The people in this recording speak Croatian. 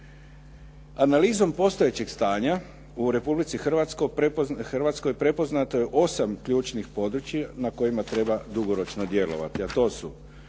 Analizom postojećeg stanja u Republici Hrvatskoj prepoznato je 8 ključnih područja na kojima treba dugoročno gledati, a to su: